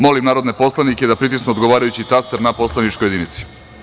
Molim narodne poslanike da pritisnu odgovarajući taster na poslaničkoj jedinici.